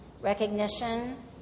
recognition